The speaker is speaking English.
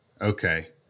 Okay